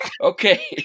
Okay